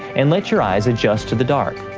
and let your eyes adjust to the dark.